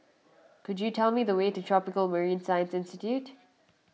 could you tell me the way to Tropical Marine Science Institute